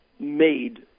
made